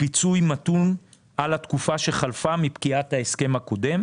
ופיצוי מתון על התקופה שחלפה מפקיעת ההסכם הקודם.